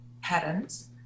patterns